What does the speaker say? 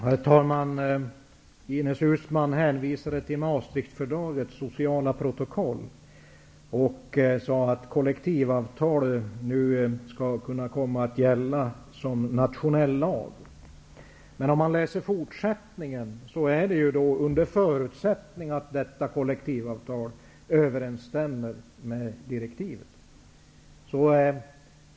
Herr talman! Ines Uusmann hänvisade till Maastrichtfördragets sociala protokoll och sade att kollektivavtal nu skall kunna komma att gälla som nationell lag. Men om man läser fortsättningen av texten så förstår man att det är under förutsättning att detta kollektivavtal överensstämmer med direktivet.